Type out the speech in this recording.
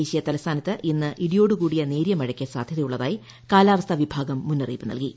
ദേശ്മീയ ത്ലസ്ഥാനത്ത് ഇന്ന് ഇടിയോടുകൂടിയ നേരിയ മ്ഴയ്ക്ക് സാധ്യതയുള്ളതായി കാലാവസ്ഥ വിഭാഗം മുന്നില്ലിയിപ്പ് നൽകി